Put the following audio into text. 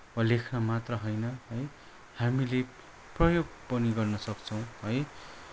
लेख्न मात्र होइन है हामीले प्रयोग पनि गर्न सक्छौँ है